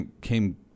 came